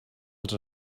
als